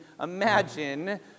imagine